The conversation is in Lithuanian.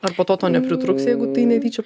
ar po to to nepritrūks jeigu tai netyčia